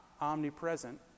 omnipresent